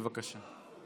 בבקשה.